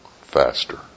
faster